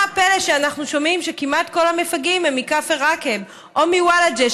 מה הפלא שאנחנו שומעים שכמעט כל המפגעים הם מכפר עקב או מוולג'ה,